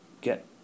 get